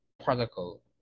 particle